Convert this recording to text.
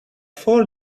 four